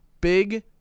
big